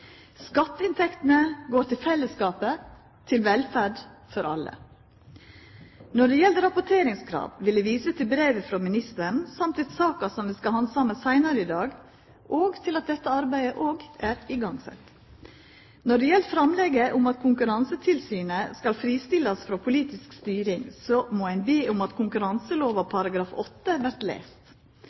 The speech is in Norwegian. Skatteinntektene går til fellesskapet, til velferd for alle. Når det gjeld rapporteringskrav, vil eg visa til brevet frå ministeren samt til saka som vi skal handsama seinare i dag, og til at dette arbeidet òg er sett i gang. Når det gjeld framlegget om at Konkurransetilsynet skal fristillast frå politisk styring, må ein be om at konkurranselova § 8 vert